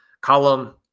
column